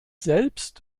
selbst